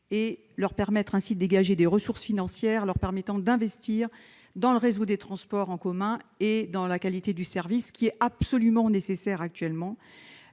billets, et ainsi de dégager des ressources financières leur permettant d'investir dans le réseau des transports en commun et dans la qualité du service, ce qui est absolument nécessaire actuellement.